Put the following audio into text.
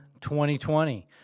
2020